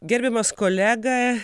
gerbiamas kolega